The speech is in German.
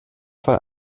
fall